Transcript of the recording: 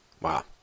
Wow